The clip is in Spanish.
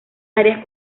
áreas